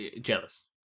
jealous